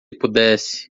pudesse